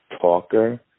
talker